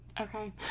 Okay